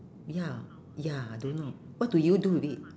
ya ya I don't know what do you do with it